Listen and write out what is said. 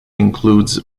includes